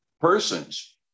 persons